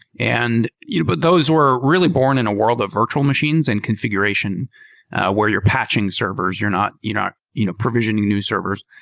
and you know but those were really born in a world of virtual machines and confi guration where you're patching servers. you're not you know you know provisioning new servers.